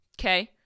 Okay